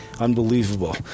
Unbelievable